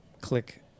click